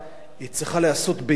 היא צריכה להיעשות באיזון